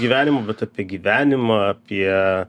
gyvenimo bet apie gyvenimą apie